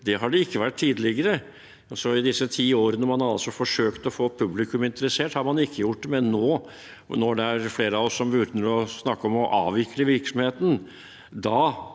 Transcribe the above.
Det har det ikke vært tidligere. I de ti årene man har forsøkt å få publikum interessert, har man ikke gjort det, men nå, når det er flere av oss som begynner å snakke om å avvikle virksomheten,